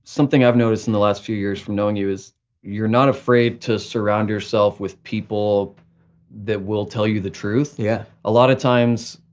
something i've noticed in the last few years from knowing you is you're not afraid to surround yourself with people that will tell you the truth? yeah. a lot of times,